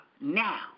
now